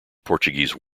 portuguese